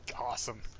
Awesome